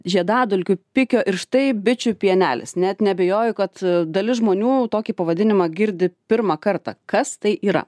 žiedadulkių pikio ir štai bičių pienelis net neabejoju kad dalis žmonių tokį pavadinimą girdi pirmą kartą kas tai yra